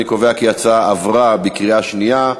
אני קובע כי ההצעה עברה בקריאה שנייה.